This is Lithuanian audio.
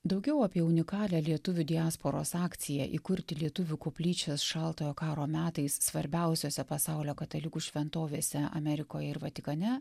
daugiau apie unikalią lietuvių diasporos akciją įkurti lietuvių koplyčios šaltojo karo metais svarbiausiose pasaulio katalikų šventovėse amerikoje ir vatikane